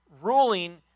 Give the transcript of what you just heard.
ruling